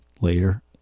later